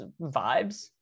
vibes